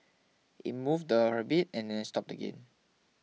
it moved a bit and then stopped again